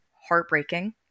heartbreaking